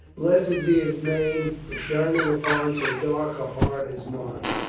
blessed be his name, for shining upon so dark a heart as mine!